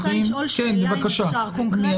אני רק רוצה לשאול שאלה קונקרטית לפני,